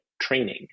training